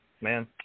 man